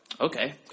okay